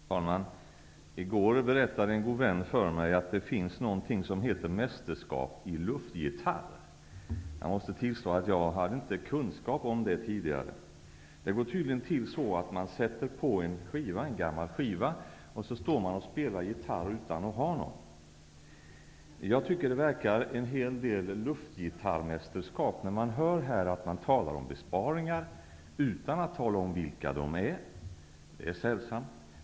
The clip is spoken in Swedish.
Herr talman! I går berättade en god vän för mig att det finns någonting som heter mästerskap i luftgitarr. Jag måste tillstå att jag inte hade kunskap om det tidigare. Det går tydligen till så att man sätter på en gammal skiva, och sedan står man och spelar gitarr utan att ha någon. Jag tycker att det är en hel del av luftgitarrmästerskap när man här talar om besparingar utan att tala om vilka de är. Det är sällsamt.